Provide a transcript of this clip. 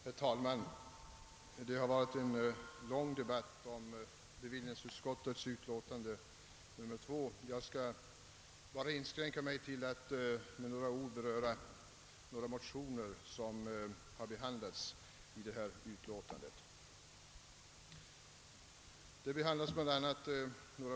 Herr talman! Det har varit en lång debatt om bevillningsutskottets betänkande nr 2, och jag skall inskränka mig till att med några ord beröra ett par motioner som behandlas i utlåtandet.